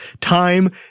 Time